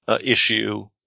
issue